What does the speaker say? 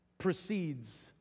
Precedes